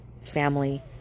family